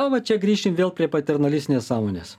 o va čia grįšim vėl prie paternalistinės sąmonės